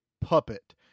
puppet